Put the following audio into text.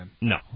No